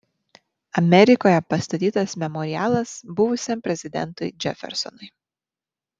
amerikoje pastatytas memorialas buvusiam prezidentui džefersonui